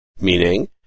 Meaning